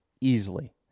easily